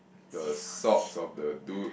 the socks of the do